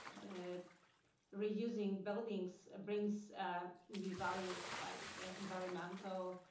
that reusing buildings brings new values like environmental,